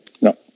No